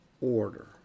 order